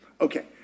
Okay